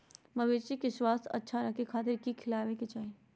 मवेसी के स्वास्थ्य अच्छा रखे खातिर की खिलावे के चाही?